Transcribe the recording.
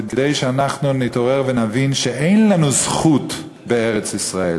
כדי שאנחנו נתעורר ונבין שאין לנו זכות בארץ-ישראל,